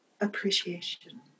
Appreciation